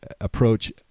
approach